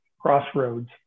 crossroads